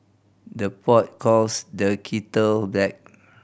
the pot calls the kettle black